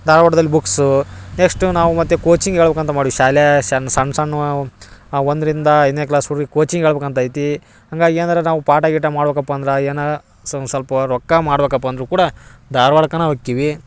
ಧಾರ್ವಾಡದಲ್ಲಿ books next ನಾವು ಮತ್ತೆ coaching ಹೇಳ್ಬೇಕ್ ಅಂತ ಮಾಡಿದ್ವಿ ಶಾಲೆ ಸಣ್ಣ ಸಣ್ಣ ಸಣ್ಣವು ಒಂದರಿಂದ ಐದನೇ ಕ್ಲಾಸ್ ಹುಡ್ಗ್ರ್ ಕೋಚಿಂಗ್ ಹೇಳ್ಬೇಕ್ ಅಂತ ಐತಿ ಹಾಗಾಗಿ ಏನಾರ ನಾವು ಪಾಠ ಗೀಟ ಮಾಡಬೇಕಪ್ಪ ಅಂದ್ರೆ ಏನಾರ ಸೊಲ್ಪ ಸ್ವಲ್ಪ ರೊಕ್ಕ ಮಾಡಬೇಕಪ್ಪ ಅಂದರೂ ಕೂಡ ಧಾರ್ವಾಡಕ್ಕನ ಹೋಕ್ಕಿವಿ